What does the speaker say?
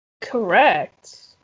Correct